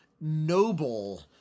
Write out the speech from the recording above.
noble